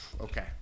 Okay